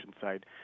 side